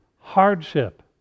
hardship